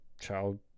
child